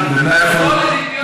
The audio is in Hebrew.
לתרופות עתידיות?